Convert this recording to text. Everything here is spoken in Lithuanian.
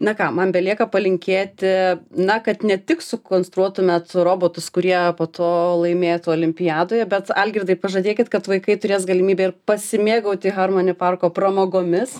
na ką man belieka palinkėti na kad ne tik sukonstruotumėt robotus kurie po to laimėtų olimpiadoje bet algirdai pažadėkit kad vaikai turės galimybę ir pasimėgauti harmoni parko pramogomis